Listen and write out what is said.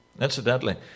Incidentally